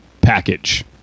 package